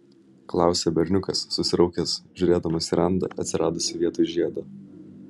klausia berniukas susiraukęs žiūrėdamas į randą atsiradusį vietoj žiedo